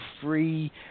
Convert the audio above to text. free